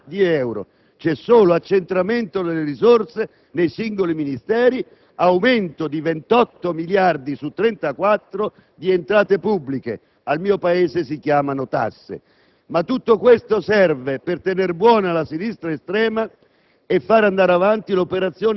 in quei 20 miliardi di euro; c'è solo un accentramento delle risorse nei singoli Ministeri; un aumento di 28 miliardi su 34 di entrate pubbliche. Al mio Paese queste si chiamano tasse. Tutto questo serve per tenere buona la sinistra estrema,